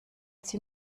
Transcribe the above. sie